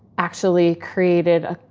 actually created